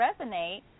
resonate